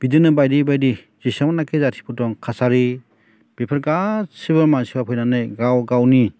बिदिनो बायदि बायदि जेसेबांनोखि जाथिफोर दं कसारि बेफोर गासैबो मानसिफोरा फैनानै गाव गावनि